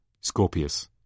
Scorpius